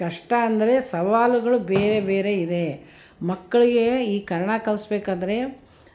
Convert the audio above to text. ಕಷ್ಟ ಅಂದರೆ ಸವಾಲುಗಳು ಬೇರೆ ಬೇರೆ ಇದೆ ಮಕ್ಳಿಗೆ ಈ ಕನ್ನಡ ಕಲಿಸ್ಬೇಕಾದ್ರೆ